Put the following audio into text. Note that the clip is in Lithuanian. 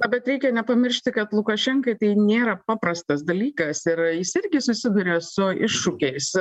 na bet reikia nepamiršti kad lukašenkai tai nėra paprastas dalykas ir jis irgi susiduria su iššūkiais